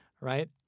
right